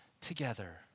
together